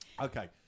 Okay